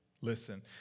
listen